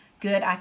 good